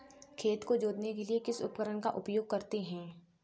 खेत को जोतने के लिए किस उपकरण का उपयोग करते हैं?